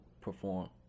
perform